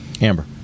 Amber